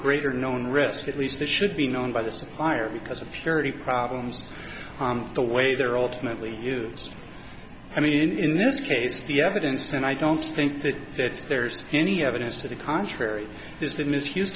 greater known risk at least that should be known by the supplier because of purity problems the way they're ultimately used i mean in this case the evidence and i don't think that that's there's any evidence to the contrary this been misused